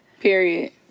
Period